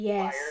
Yes